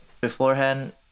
beforehand